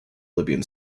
libyan